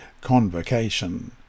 convocation